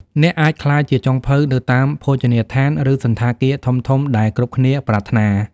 អ្នកអាចក្លាយជាចុងភៅនៅតាមភោជនីយដ្ឋាន ឬសណ្ឋាគារធំៗ ដែលគ្រប់គ្នាប្រាថ្នា។